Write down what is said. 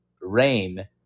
rain